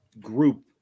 group